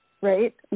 right